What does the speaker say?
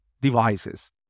devices